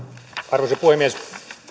arvoisa puhemies